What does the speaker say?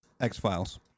X-Files